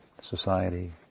society